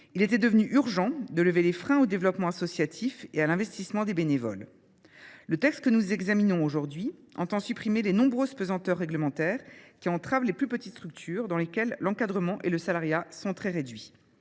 Il était donc devenu urgent de lever les freins à son développement et à l’investissement des bénévoles. Le texte que nous examinons aujourd’hui tend à supprimer les nombreuses pesanteurs réglementaires qui entravent les plus petites structures, dans lesquelles l’encadrement et le salariat sont très réduits.